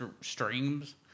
streams